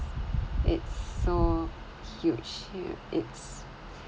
it's so huge it's